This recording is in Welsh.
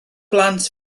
blant